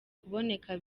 kuboneka